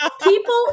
People